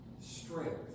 strength